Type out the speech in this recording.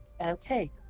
Okay